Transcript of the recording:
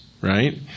right